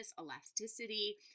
elasticity